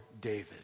David